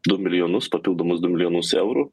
du milijonus papildomus du milijonus eurų